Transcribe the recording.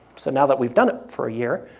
so now, that we've done it for a year,